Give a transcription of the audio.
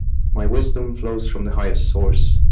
my wisdom flows from the highest source.